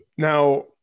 Now